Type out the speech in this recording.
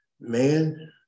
man